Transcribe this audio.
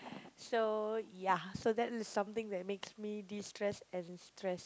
so ya so that is something that makes me destress and stress